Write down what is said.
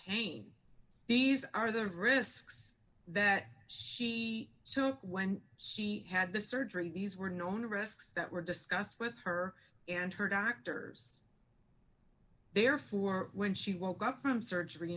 pain these are the risks that she took when she had the surgery these were known risks that were discussed with her and her doctors therefore when she woke up from surgery